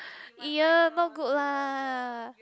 !eeyer! not good lah